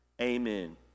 amen